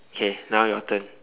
K now your turn